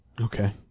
Okay